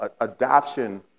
adoption